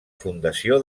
fundació